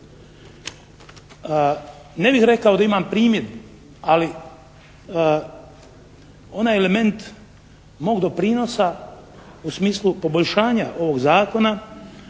Ne bih rekao da imam primjedbu, ali onaj element mog doprinosa u smislu poboljšanja ovog zakona,